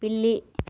పిల్లి